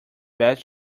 best